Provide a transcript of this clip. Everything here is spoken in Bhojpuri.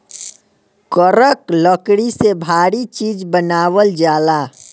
करक लकड़ी से भारी चीज़ बनावल जाला